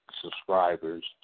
subscribers